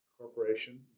Corporation